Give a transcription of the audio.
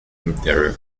interior